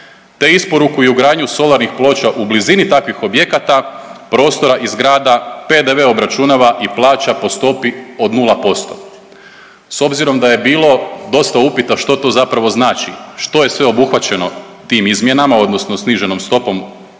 te isporuku i ugradnju solarnih ploča u blizini takvih objekata, prostora i zgrada PDV obračunava i plaća po stopi od 0%. S obzirom da je bilo dosta upita što to zapravo znači, što je sve obuhvaćeno tim izmjenama odnosno sniženom stopom